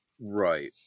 Right